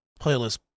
playlist